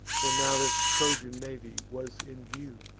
when now the trojan navy was in view.